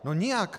No nijak!